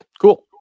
cool